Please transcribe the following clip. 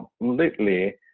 completely